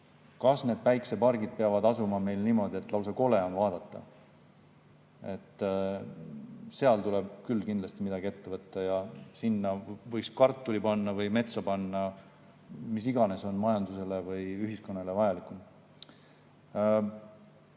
Kas need päikesepargid peavad asuma meil niimoodi, et lausa kole on vaadata? Seal tuleb küll kindlasti midagi ette võtta. Sinna võiks kartuli või metsa [kasvama] panna, mis iganes on majandusele või ühiskonnale vajalikum.